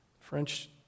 French